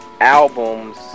albums